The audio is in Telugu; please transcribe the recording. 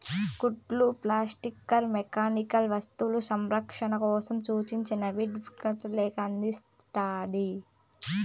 గుడ్డలు ఫర్నిచర్ మెకానికల్ వస్తువులు సంరక్షణ కోసం సూచనలని డిస్క్రిప్టివ్ లేబుల్ అందిస్తాండాది